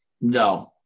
No